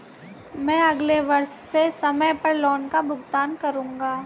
मैं अगले वर्ष से समय पर लोन का भुगतान करूंगा